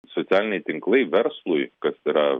socialiniai tinklai verslui kas yra